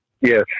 Yes